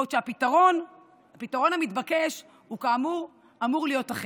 בעוד הפתרון המתבקש הוא כאמור אמור להיות אחר.